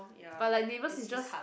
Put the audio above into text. but like neighbours is just